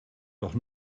doch